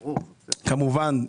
כמובן,